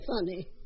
funny